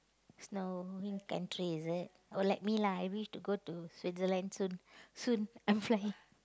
snow you mean country is it or like me lah I wish to go to Switzerland soon soon I'm flying